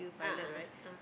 a'ah a'ah